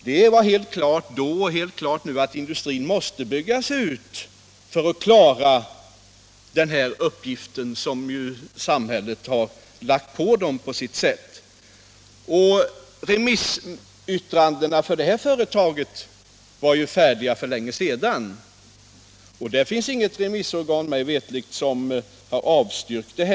Det var helt klart då och är helt klart nu att industrin måste byggas ut för att klara uppgiften som samhället har lagt på dem. Remissyttrandena för detta företag var färdiga för länge sedan, och det finns inget remissorgan, mig veterligt, som har avstyrkt detta.